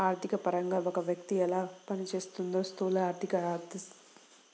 ఆర్థికపరంగా ఒక వ్యవస్థ ఎలా పనిచేస్తోందో స్థూల ఆర్థికశాస్త్రం ద్వారా తెలుసుకోవచ్చని మా ఫ్రెండు చెప్పాడు